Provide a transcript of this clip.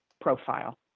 profile